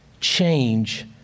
change